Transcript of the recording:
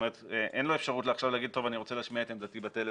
אין לו אפשרות להגיד אני רוצה להשמיע את עמדתי בטלפון.